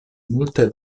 multe